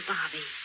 Bobby